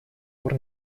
пор